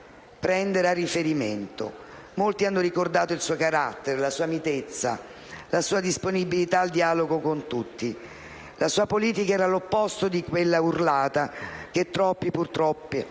prendere a riferimento. Molti hanno ricordato il suo carattere, la sua mitezza, la sua disponibilità al dialogo con tutti. La sua politica era all'opposto di quella urlata che troppi, purtroppo,